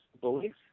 beliefs